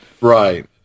right